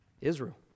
Israel